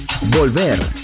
Volver